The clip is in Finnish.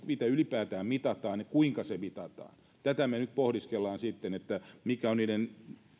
mitä ylipäätään mitataan ja kuinka se mitataan tätä me nyt pohdiskelemme mikä on niiden